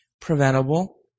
preventable